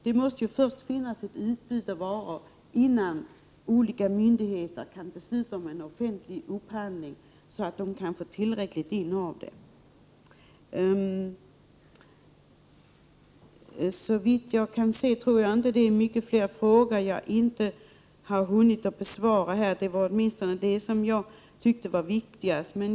Det måste ju först finnas ett utbud av varor, innan olika myndigheter kan besluta om offentlig upphandling. Såvitt jag kommer ihåg är det inte så många frågor jag nu inte har hunnit besvara. Jag har tagit upp dem som jag tyckte var viktigast.